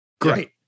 Great